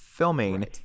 filming